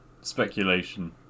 speculation